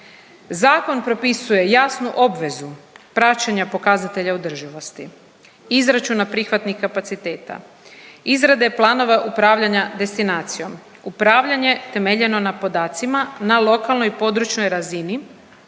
Zakon propisuje jasnu obvezu praćenja pokazatelja održivosti, izračuna prihvatnih kapaciteta, izrade planova upravljanja destinacijom, upravljanje temeljeno na podacima na lokalnoj i područnoj razini,